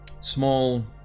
small